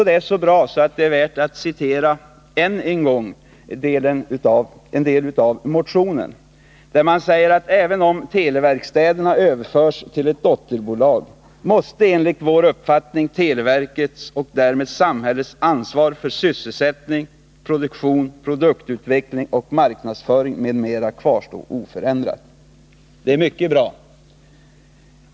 Det är så bra att jag vill citera en del av motionen: ”Även om televerkstäderna överförs till ett dotterbolag måste enligt vår uppfattning televerkets och därmed samhällets ansvar för sysselsättning, produktion, produktutveckling och marknadsföring m.m. kvarstå oförändrat.” Det är mycket bra.